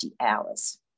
hours